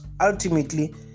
ultimately